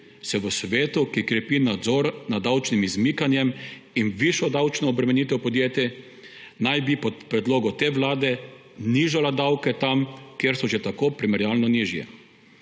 bi v svetu, ki krepi nadzor nad davčnim izmikanjem in višjo davčno obremenitev podjetij, po predlogu te vlade nižala davke tam, kjer so že tako primerjalno nižji.